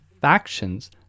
factions